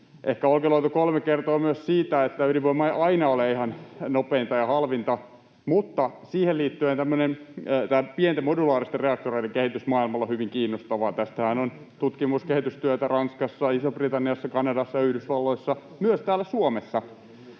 Olkiluoto 3 kertoo myös siitä, että ydinvoima ei aina ole ihan nopeinta ja halvinta. Mutta siihen liittyen pienten modulaaristen reaktoreiden kehitys maailmalla on hyvin kiinnostavaa. Tästähän on tutkimus- ja kehitystyötä Ranskassa, Isossa-Britanniassa, Kanadassa ja Yhdysvalloissa, myös täällä Suomessa.